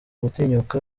gutinyuka